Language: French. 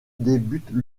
débutent